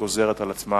גוזרת על עצמה